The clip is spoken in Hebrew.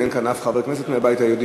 ואין כאן אף חבר כנסת מהבית היהודי,